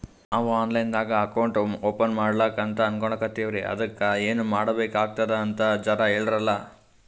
ನಾವು online ದಾಗ account open ಮಾಡ್ಲಕಂತ ಅನ್ಕೋಲತ್ತೀವ್ರಿ ಅದಕ್ಕ ಏನ ಮಾಡಬಕಾತದಂತ ಜರ ಹೇಳ್ರಲ?